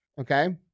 Okay